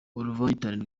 uruvangitirane